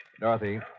Dorothy